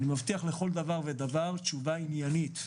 אני מבטיח לתת לכל דבר תשובה עניינית.